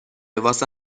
واسه